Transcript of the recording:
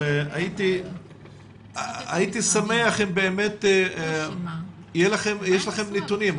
אבל הייתי שמח אם באמת יש לכם נתונים.